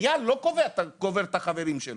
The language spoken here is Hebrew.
איל לא קובר את החברים שלו.